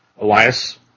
Elias